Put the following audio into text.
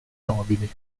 nobili